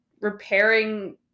repairing